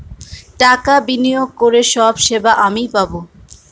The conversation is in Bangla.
টাকা বিনিয়োগ করে সব সেবা আমি পাবো